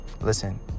Listen